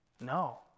No